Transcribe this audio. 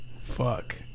Fuck